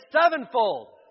sevenfold